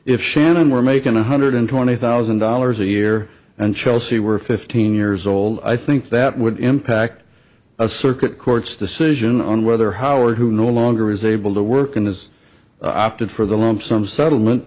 if shannon were making one hundred twenty thousand dollars a year and chelsea were fifteen years old i think that would impact a circuit court's decision on whether howard who no longer is able to work and is opted for the lump sum settlement